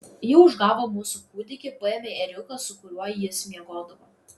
ji užgavo mūsų kūdikį paėmė ėriuką su kuriuo jis miegodavo